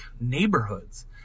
neighborhoods